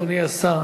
אדוני השר,